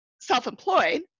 self-employed